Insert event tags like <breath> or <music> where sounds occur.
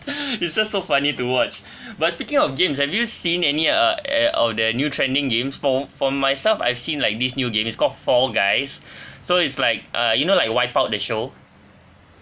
<laughs> it's just so funny to watch <breath> but speaking of games have you seen any uh eh of their new trending games for for myself I've seen like this new game it's called fall guys <breath> so it's like uh you know like wipeout the show